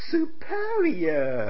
Superior